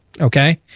Okay